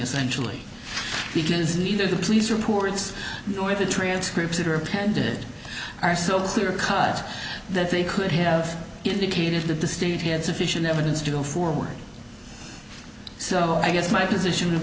essentially because neither the police reports nor the transcripts that are appended are so clear cut that they could have indicated that the state had sufficient evidence to go forward so i guess my position would